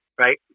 right